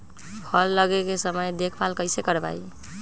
फल लगे के समय देखभाल कैसे करवाई?